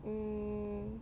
mm